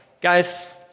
guys